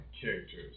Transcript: characters